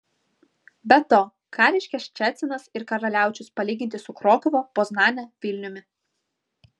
be to ką reiškia ščecinas ir karaliaučius palyginti su krokuva poznane vilniumi